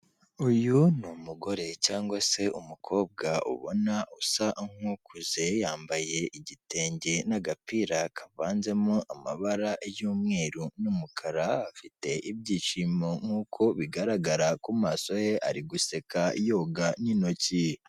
Uyu ni umugore cyangwa se umukobwa, ubona usa nk'ukuze, yambaye igitenge n'agapira kavanzemo amabara y'umweru n'umukara, afite ibyishimo nk'uko bigaragara ku maso ye, ari guseka yoga n'intoki.